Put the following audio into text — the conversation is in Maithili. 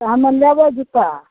हमे लेबै जुत्ता